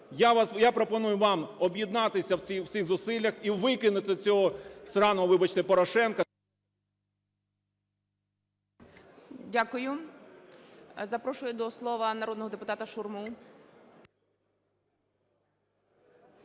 Я пропоную вам об'єднатися в цих зусиллях і викинути цього "сраного", вибачте, Порошенка… ГОЛОВУЮЧИЙ. Дякую. Запрошую до слова народного депутата Шурму.